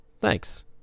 thanks